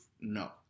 No